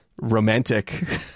romantic